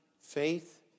faith